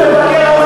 אז גם זה לא בסדר?